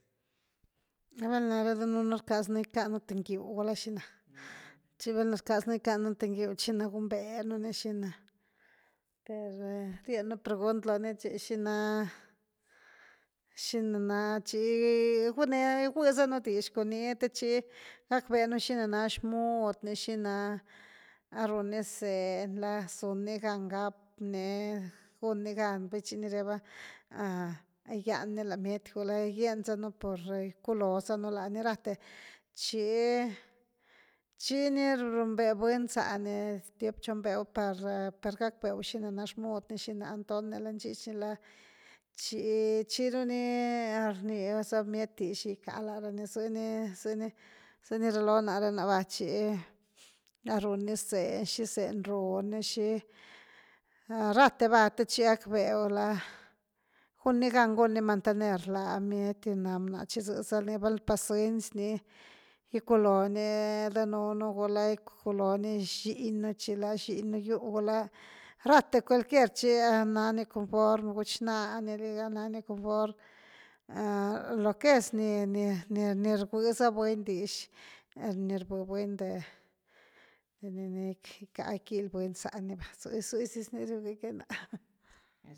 ¿Abal nare danunu’ rcaznu gycanu ty ngiu guula shi na? chi val na’a caznu gycanu th ngiuu shina gunbenuni shina per rienu pregunt lo ni chi shina shinaana- chi- gune- gwzanu dish cun ni th chi gakvenu shinana shmudni, shina runi zeenyla asuny gaan gapny, gunygan, te chi’ni reva gygyani la miety guula gyenzanu por gyculonzanu la ni raate chi, chini rumbee’ buny zaany, tiop chon beu’ par, par gak beeu shinana shmudni la ntony la nxichny la chi, chi-chiruni r>nyza bmiety dish gyca la rany, zë ni zë ni rluloo naré náva chi run ni sen’y, xi sen’y run ni, xi, rathe va te chi gackbew la gun ni gan nun ni mantener la bmiety na bná, chi zëza ní val pacënci ni giculooni danuunu gula gula giculooni xiñnu chila xiñnu giu gulá rathe cualquier chi nani conform guchnániligha, nani conform, lo que es ni-ni-ni rgui sa buny dix ni rvhë buny de-de ni-ni gicka giquil buny zá ni va, si, sidis ni riugëckiani ná.